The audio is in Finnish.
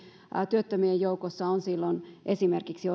työttömien joukossa on silloin esimerkiksi